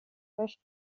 vers